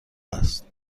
است